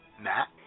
Matt